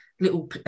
little